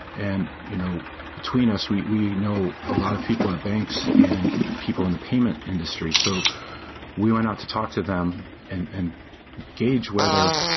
and you know between us we we know a lot of people at banks and people in the payment industry. so we went out to talk to them and and gauge whether